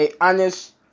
honest